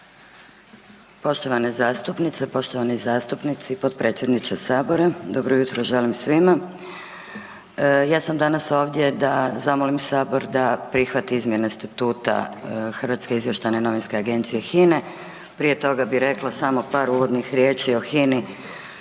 Poštovane zastupnice, poštovani zastupnici, potpredsjedniče Sabora, dobro jutro želim svima. Ja sam danas ovdje da zamolim Sabor da prihvati izmjene statuta Hrvatske izvještajne novinske agencije, HINA-e, prije toga bi rekla samo par uvodnih riječi o HINA-i